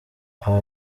aba